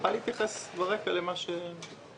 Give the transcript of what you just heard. אוכל להתייחס ברקע אל מה שהיה.